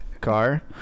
car